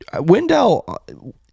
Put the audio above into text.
Wendell